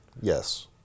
Yes